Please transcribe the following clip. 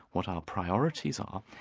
what our priorities are.